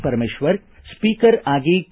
Parameshwar speaker ಆಗಿ K